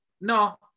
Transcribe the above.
No